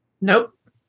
Nope